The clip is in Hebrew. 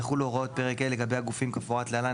יחולו הוראות פרק ה' לגבי הגופים כמפורט להלן,